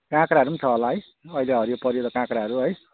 काँक्राहरू पनि छ होला है अहिले हरियो परियो त काँक्राहरू है